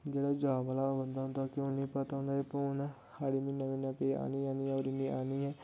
जेह्ड़ा जॉब आह्ला बंदा ना ते उ'नें ई पता होंदा कि साढ़ी म्हीने म्हीने पे आनी ई आनी ऐ होर इ'न्नी आनी ऐ